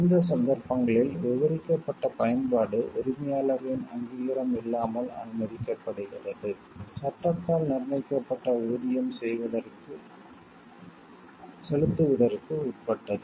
இந்த சந்தர்ப்பங்களில் விவரிக்கப்பட்ட பயன்பாடு உரிமையாளரின் அங்கீகாரம் இல்லாமல் அனுமதிக்கப்படுகிறது சட்டத்தால் நிர்ணயிக்கப்பட்ட ஊதியம் செலுத்துவதற்கு உட்பட்டது